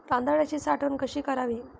तांदळाची साठवण कशी करावी?